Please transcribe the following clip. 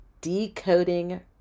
decoding